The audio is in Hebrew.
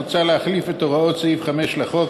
מוצע להחליף את הוראות סעיף 5 לחוק,